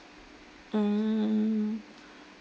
mm